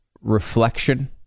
reflection